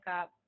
up